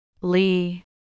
Lee